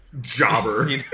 jobber